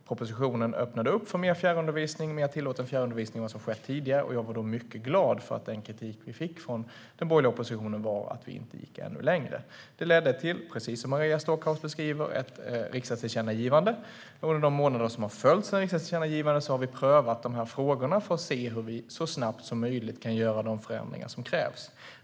Propositionen öppnade för mer tillåten fjärrundervisning än tidigare, och jag var då mycket glad för att den kritik vi fick från den borgerliga oppositionen riktade sig mot att vi inte gick ännu längre. Kritiken ledde till ett riksdagstillkännagivande, precis som Maria Stockhaus beskriver. Under de månader som följt sedan riksdagstillkännagivandet har vi prövat de här frågorna för att se hur vi så snabbt som möjligt kan göra de förändringar som krävs.